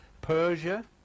Persia